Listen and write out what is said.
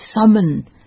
summon